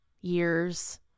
years